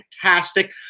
fantastic